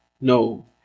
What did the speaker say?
No